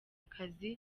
akazi